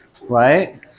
right